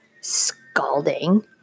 scalding